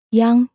yang